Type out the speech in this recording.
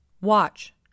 Watch